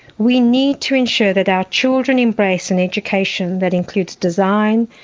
we need to ensure that our children embrace an education that includes design,